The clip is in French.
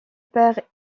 père